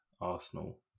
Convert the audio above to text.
Arsenal